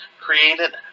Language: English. created